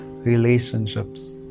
relationships